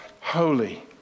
Holy